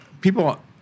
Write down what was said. people